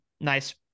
nice